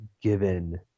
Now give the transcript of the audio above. given